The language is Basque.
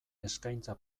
eskaintza